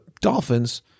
dolphins